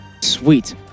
Sweet